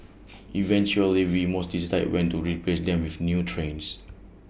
eventually we most decide when to replace them with new trains